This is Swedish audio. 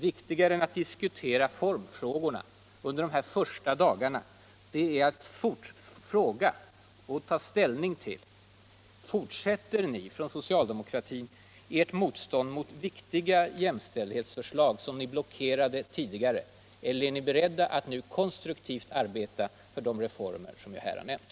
Viktigare än att diskutera formfrågorna under de här första dagarna är att fråga och ta ställning till: Fortsätter ni från socialdemokratin ert motstånd mot viktiga jämställdhetsförslag, som ni blockerade tidigare, eller är ni beredda att nu konstruktivt arbeta för de reformer som jag här har nämnt?